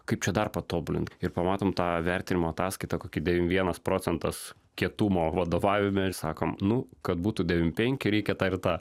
kaip čia dar patobulint ir pamatom tą vertinimo ataskaitą kokie devym vienas procentas kietumo vadovavime ir sakom nu kad būtų devym penki reikia tą ir tą